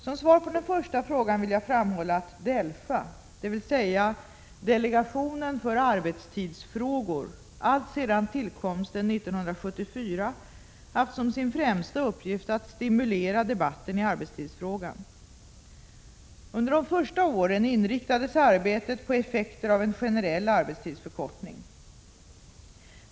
Som svar på den första frågan vill jag framhålla att DELFA, dvs. delegationen för arbetstidsfrågor, alltsedan tillkomsten 1974 haft som sin främsta uppgift att stimulera debatten i arbetstidsfrågan. Under de första åren inriktades arbetet på effekter av en generell arbetstidsförkortning.